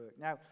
Now